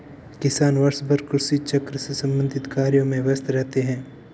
किसान वर्षभर कृषि चक्र से संबंधित कार्यों में व्यस्त रहते हैं